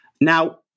Now